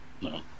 no